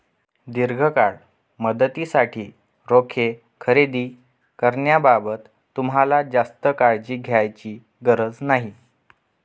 दीर्घ मुदतीसाठी रोखे खरेदी करण्याबाबत तुम्हाला जास्त काळजी करण्याची गरज नाही